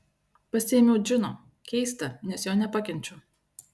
pasiėmiau džino keista nes jo nepakenčiu